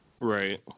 Right